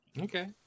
okay